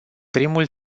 primul